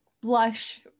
blush